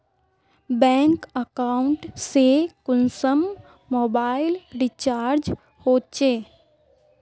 Bank account से कुंसम mobile recharge होचे?